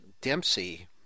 Dempsey